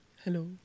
Hello